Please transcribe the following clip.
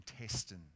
intestine